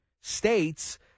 states